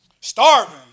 Starving